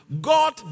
god